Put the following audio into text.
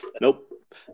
Nope